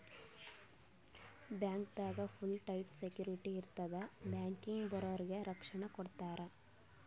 ಬ್ಯಾಂಕ್ದಾಗ್ full tight security ಇರ್ತದ್ ಬ್ಯಾಂಕಿಗ್ ಬರೋರಿಗ್ ರಕ್ಷಣೆ ಕೊಡ್ತಾರ